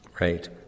Right